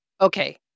Okay